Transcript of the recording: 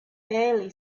barely